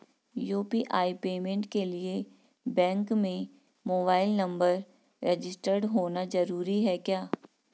UPI payment के लिए bank में मोबाइल नंबर रजिस्टर्ड होना जरूरी है क्या?